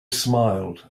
smiled